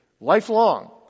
Lifelong